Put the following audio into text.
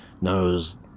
knows